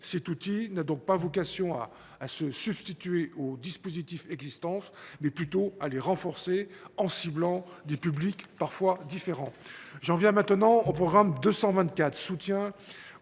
Cet outil a donc vocation non à se substituer aux dispositifs existants, mais plutôt à les renforcer, en ciblant des publics parfois différents. J’en viens maintenant au programme 224 « Soutien